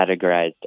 categorized